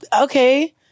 Okay